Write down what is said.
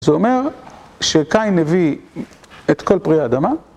זה אומר שקיין הביא את כל פרי האדמה...